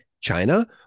china